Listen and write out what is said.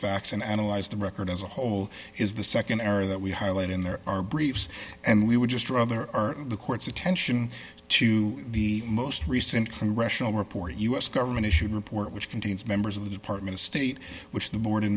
facts and analyze the record as a whole is the nd area that we highlight in there are briefs and we would just rather err on the court's attention to the most recent congressional report u s government issued report which contains members of the department of state which the board